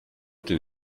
den